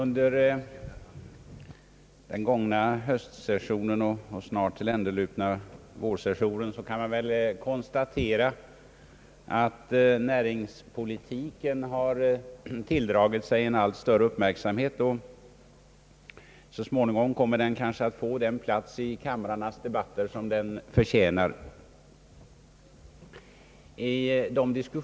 Herr talman! Man kan väl konstatera att näringspolitiken under den senaste höstsessionen och den nu snart tilländalupna vårsessionen har tilldragit sig allt större uppmärksamhet. Så småningom kommer kanske denna sektor att få den plats i kamrarnas debatter som den förtjänar.